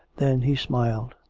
then he smiled.